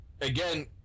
again